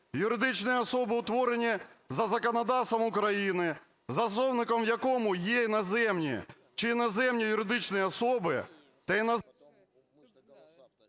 юридичні особи, утворені за законодавством України, засновником в якому є іноземці чи іноземні юридичні особи